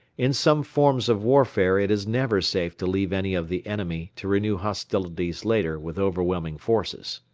in some forms of warfare it is never safe to leave any of the enemy to renew hostilities later with overwhelming forces.